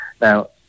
Now